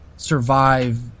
survive